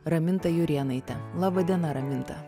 raminta jurėnaitė laba diena raminta